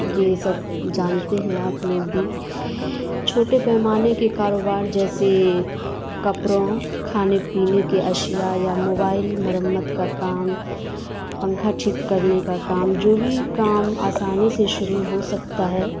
یہ سب جانتے ہیں آپ لوگ بھی چھوٹے پیمانے کے کاروبار جیسے کپڑوں کھانے پینے کے اشیاء یا موبائل مرمت کا کام پنکھا ٹھیک کرنے کا کام جو بھی کام آسانی سے شروع ہو سکتا ہے